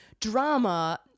drama